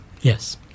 Yes